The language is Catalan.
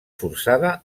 forçada